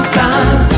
time